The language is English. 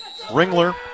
Ringler